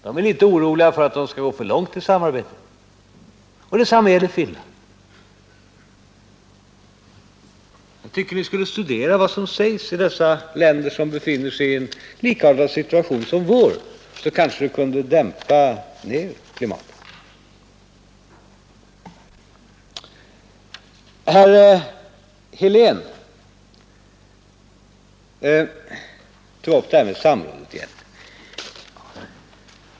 De är inte oroliga för att man skall gå för långt i samarbete. Nr 137 Detsamma gäller Finland. Jag tycker att vi skulle studera vad som sägs i Torsdagen den dessa länder som befinner sig i en likartad situation som vår. Det kanske 2 december 1971 kunde dämpa ner klimatet här. MM Herr Helén tog upp det här med samrådet igen.